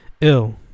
Ill